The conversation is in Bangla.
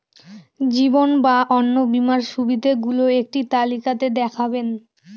জীবন বা অন্ন বীমার সুবিধে গুলো একটি তালিকা তে দেখাবেন?